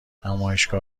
نمایشگاه